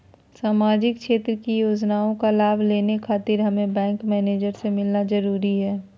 सामाजिक क्षेत्र की योजनाओं का लाभ लेने खातिर हमें बैंक मैनेजर से मिलना जरूरी है?